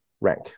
rank